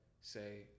say